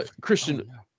Christian